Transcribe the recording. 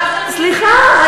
סליחה,